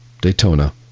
Daytona